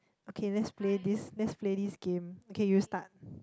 okay let's play this let's play this game okay you start